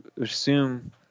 assume